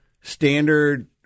standard